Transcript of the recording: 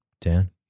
Dan